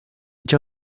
già